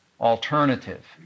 alternative